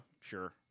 sure